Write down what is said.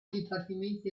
dipartimenti